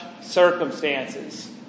circumstances